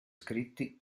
scritti